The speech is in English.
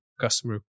customer